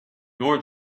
nor